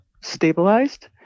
stabilized